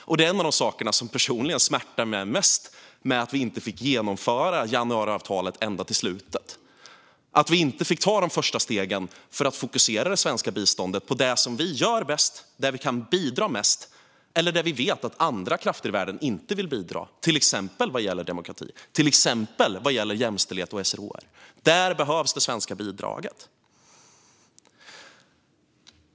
Det är också en av de saker som smärtar mig mest med att vi inte fick genomföra januariavtalet ända till slutet. Vi fick inte ta de första stegen för att fokusera det svenska biståndet på det vi gör bäst, dit där vi kan bidra mest eller dit där vi vet att andra krafter inte vill bidra, till exempel inom demokrati, jämställdhet och SRHR. Där behövs det svenska bidraget.